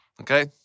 okay